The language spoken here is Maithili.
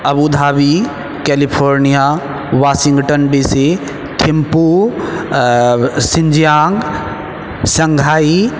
Abu Dhabi California Washington D C Thimphu Xinjiang Shanghai